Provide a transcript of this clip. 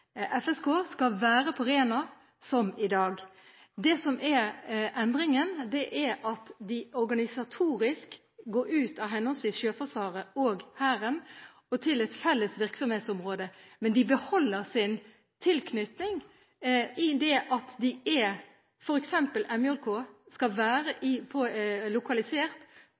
FSK skal være på Rena, som i dag. Det som er endringen, er at vi organisatorisk går ut av henholdsvis Sjøforsvaret og Hæren og til et felles virksomhetsområde, men de beholder sin tilknytning. MJK skal være lokalisert på Håkonsvern, som i dag. Attpåtil går vi til en investering på